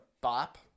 bop